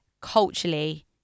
culturally